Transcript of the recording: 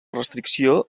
restricció